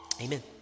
Amen